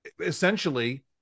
essentially